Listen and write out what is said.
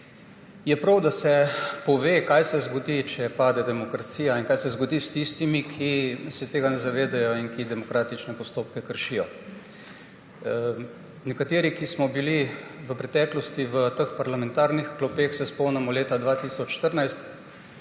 je, da se pove, kaj se zgodi, če pade demokracija, in kaj se zgodi s tistimi, ki se tega ne zavedajo in ki demokratične postopke kršijo. Nekateri, ki smo bili v preteklosti v teh parlamentarnih klopeh, se spomnimo leta 2014